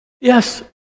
Yes